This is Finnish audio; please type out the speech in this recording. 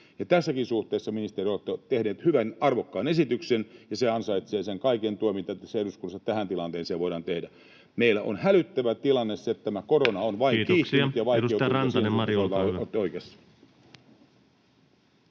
tässäkin suhteessa, ministeri, olette tehnyt hyvän, arvokkaan esityksen, ja se ansaitsee sen kaiken tuen, mitä tässä eduskunnassa tähän tilanteeseen voidaan tehdä. Meillä on hälyttävä tilanne se, että tämä korona on vain kiihtynyt